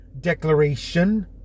declaration